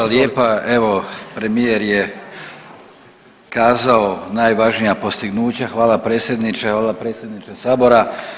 Hvala lijepa, evo premijer je kazao najvažnija postignuća, hvala predsjedniče, hvala predsjedniče sabora.